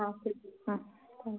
ആ ശരി ആ താങ്ക്യൂ